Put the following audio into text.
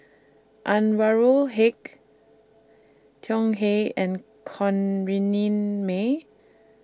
Anwarul Haque Tsung Hey and Corrinne May